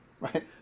right